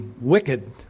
wicked